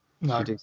no